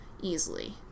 easily